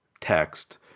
text